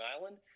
Island